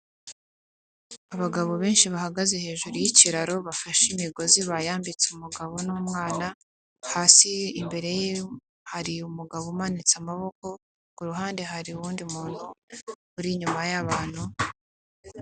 Abagabo benshi bahagaze hejuru y'ikiraro bafashe imigozi bayambitse umugabo n'umwana, hasi imbere ye hari umugabo umanitse amaboko, ku ruhande hari uwundi muntu uri inyuma y'abantu.